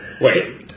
Wait